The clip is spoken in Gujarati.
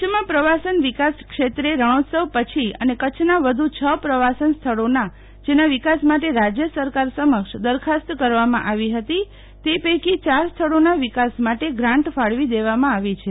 કરછમાં પ્રવાસન વિકાસ ક્ષેત્રે રણોત્સવ પછી અને કરછના વધુ ક પ્રવાસન સ્થળોનાં જેના વિકાસ માટે રાજ્ય સરકાર સમક્ષ દરખાસ્ત કરવામાં આવી હતી તે પૈકી યાર સ્થળોનાં વિકાસ માટે ગ્રાન્ટ ફાળવી દેવામાં આવી છે